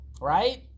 right